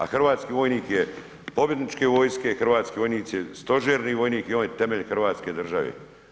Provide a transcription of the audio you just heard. A hrvatski vojnik je pobjedničke vojske, hrvatski vojnik je stožerni vojnik i on je temelj Hrvatske države.